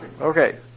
Okay